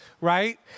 right